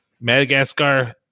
madagascar